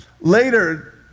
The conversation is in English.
Later